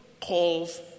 calls